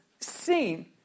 seen